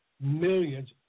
millions